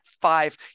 five